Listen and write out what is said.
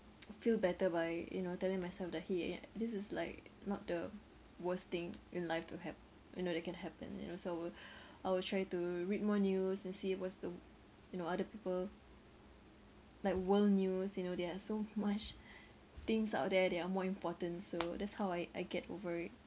feel better by you know telling myself that !hey! this is like not the worst thing in life to hap~ you know that can happen you know so I will try to read more news and see what's the you know other people like world news you know there are so much things out there that are more important so that's how I I get over it